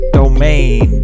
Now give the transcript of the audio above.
domain